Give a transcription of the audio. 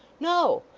no.